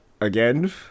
Again